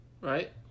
right